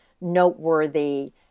noteworthy